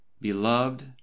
beloved